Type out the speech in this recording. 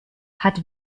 hat